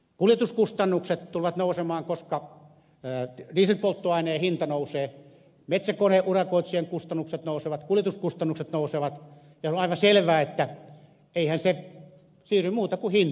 kuljetuskustannukset tulevat nousemaan koska diesel polttoaineen hinta nousee metsäkoneurakoitsijan kustannukset nousevat kuljetuskustannukset nousevat ja on aivan selvää että eihän se siirry muuta kuin hintoihin